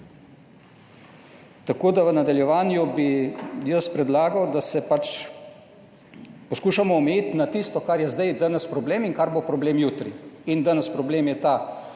Tako, da v nadaljevanju bi jaz predlagal, da se pač poskušamo omejiti na tisto, kar je zdaj danes problem in kar bo problem jutri in danes problem je ta,